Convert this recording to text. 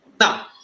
Now